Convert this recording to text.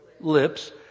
lips